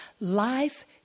life